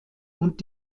und